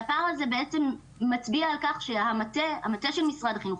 והפער הזה בעצם מצביע על כך שהמטה של משרד החינוך,